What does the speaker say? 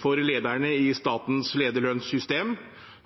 for lederne i statens lederlønnssystem